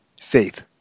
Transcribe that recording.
Faith